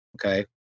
Okay